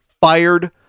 fired